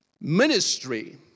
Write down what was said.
ministry